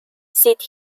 seat